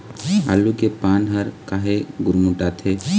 आलू के पान हर काहे गुरमुटाथे?